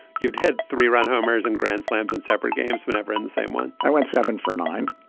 you've had three run homers and grand slams in separate games whenever and the same one i went seven for nine.